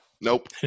nope